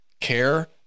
care